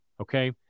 Okay